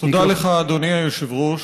אדוני היושב-ראש.